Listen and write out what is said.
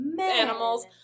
animals